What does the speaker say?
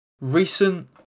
recent